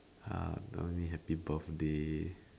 ah don't be happy birthday